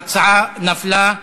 ההצעה נפלה.